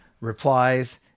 replies